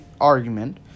argument